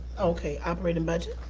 okay, operating budget,